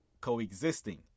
co-existing